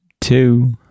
two